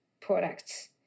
products